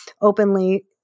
openly